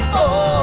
oh